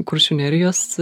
kuršių nerijos